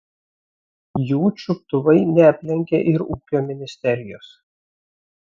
jų čiuptuvai neaplenkė ir ūkio ministerijos